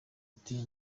ati